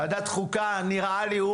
ועדת חוקה, נראה לי הוא